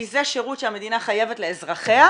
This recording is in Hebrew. כי זה שירות שהמדינה חייבת לאזרחיה,